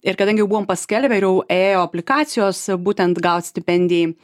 ir kadangi jau buvom paskelbę ir jau ėjo aplikacijos būtent gaut stipendijai